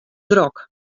drok